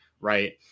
right